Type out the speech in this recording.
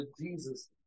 jesus